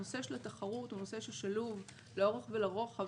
הנושא של התחרות הוא נושא ששלוב לאורך ולרוחב